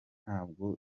ntabwo